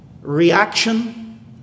reaction